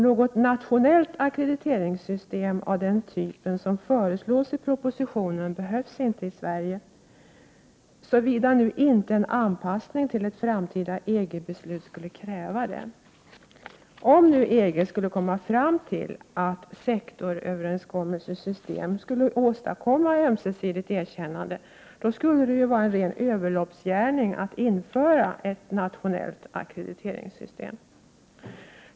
Något nationellt ackrediteringssystem av den typ som föreslås i propositionen behövs inte i Sverige, såvida inte en anpassning till ett framtida EG-beslut kräver det. Om nu EG skulle komma fram till att sektoröverenskommelsesystem skulle åstadkomma ömsesidigt erkännande, då vore det ju en ren överloppsgärning att införa ett nationellt ackrediteringssystem.